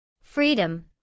Freedom